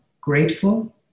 grateful